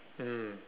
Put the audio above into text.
mm